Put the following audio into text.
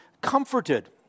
comforted